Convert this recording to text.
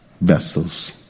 vessels